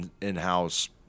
in-house